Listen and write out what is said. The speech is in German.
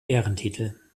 ehrentitel